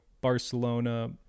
Barcelona